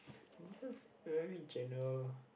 this a very general